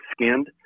skinned